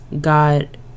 God